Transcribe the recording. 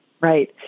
Right